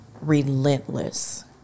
relentless